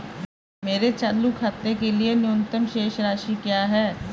मेरे चालू खाते के लिए न्यूनतम शेष राशि क्या है?